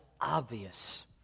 obvious